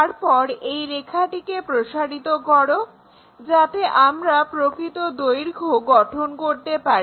তারপর এই রেখাটিকে প্রসারিত করো যাতে আমরা প্রকৃত দৈর্ঘ্য গঠন করতে পারি